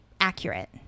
accurate